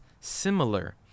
similar